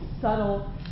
subtle